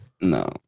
No